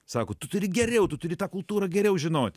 sako tu turi geriau tu turi tą kultūrą geriau žinot